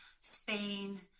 Spain